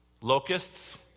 Locusts